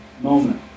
moment